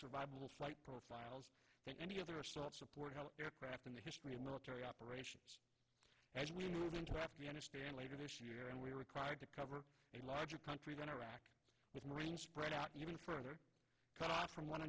survival flight profiles than any other assault support aircraft in the history military operations as we move into afghanistan later this year and we are required to cover a larger country than iraq with marines spread out even further cut off from one